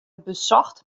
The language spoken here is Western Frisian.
besocht